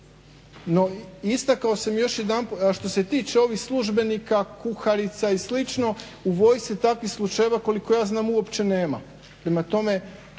No istakao sam još jedanput što se tiče ovih službenika, kuharica i slično u vojsci takvih slučajeva koliko ja znam uopće nema.